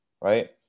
right